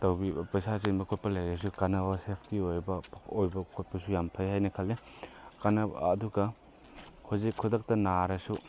ꯇꯧꯕꯤꯕ ꯄꯩꯁꯥ ꯆꯤꯟꯕ ꯈꯣꯠꯄ ꯂꯩꯔꯁꯨ ꯀꯥꯟꯅꯕ ꯁꯦꯐꯇꯤ ꯑꯣꯏꯕ ꯑꯣꯏꯕ ꯈꯣꯠꯄꯁꯨ ꯌꯥꯝ ꯐꯩ ꯍꯥꯏꯅ ꯈꯜꯂꯤ ꯀꯥꯟꯅꯕ ꯑꯗꯨꯒ ꯍꯧꯖꯤꯛ ꯈꯨꯗꯛꯇ ꯅꯥꯔꯁꯨ